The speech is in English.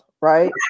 right